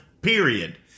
period